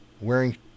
wearing